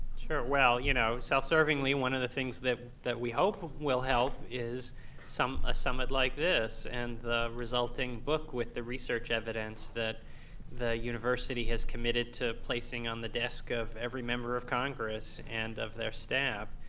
sure, well, you know, self-servingly one of the things that that we hope will help is a ah summit like this and the resulting book with the research evidence that the university has committed to placing on the desk of every member of congress and of their staff.